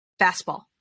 fastball